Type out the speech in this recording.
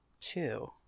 two